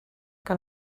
que